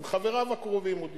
עם חבריו הקרובים הוא דיבר.